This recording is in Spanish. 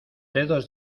dedos